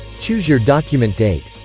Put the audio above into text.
choose your document date